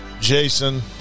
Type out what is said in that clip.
Jason